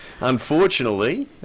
unfortunately